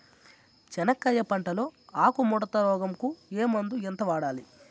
చెనక్కాయ పంట లో ఆకు ముడత రోగం కు ఏ మందు ఎంత వాడాలి?